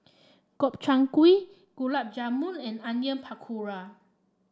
Gobchang Gulab Jamun and Onion Pakora